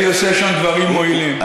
אלי עושה שם דברים מועילים.